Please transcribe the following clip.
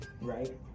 right